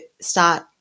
start